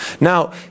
Now